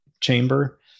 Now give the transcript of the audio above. chamber